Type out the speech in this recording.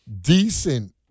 decent